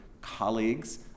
colleagues